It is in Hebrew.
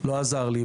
לא עזר לי,